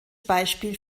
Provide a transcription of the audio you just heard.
beispiel